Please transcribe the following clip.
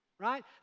Right